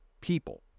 people